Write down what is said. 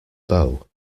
bow